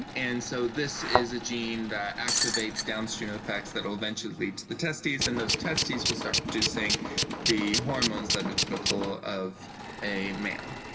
and and so this is a gene that activates downstream effects that will eventually lead to the testes, and those testes will start producing the hormones that are typical of a male.